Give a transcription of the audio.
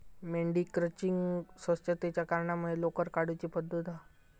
मेंढी क्रचिंग स्वच्छतेच्या कारणांमुळे लोकर काढुची पद्धत हा